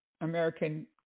American